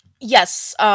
Yes